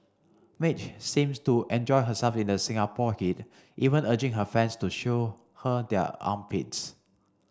Madge seems to enjoy herself in the Singapore heat even urging her fans to show her their armpits